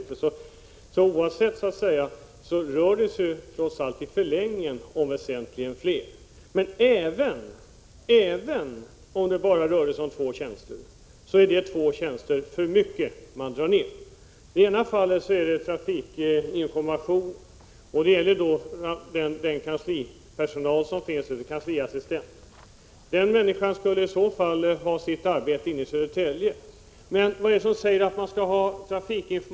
Men det rör sig trots allt i förlängningen om väsentligt fler tjänster, och även om det rörde sig om bara två tjänster skulle det vara två tjänster för mycket. I ena fallet gäller det trafikinformation. Den kansliassistent som det handlar om skulle i så fall få sitt arbete förlagt till Södertälje. Utkiken skulle läggas ned.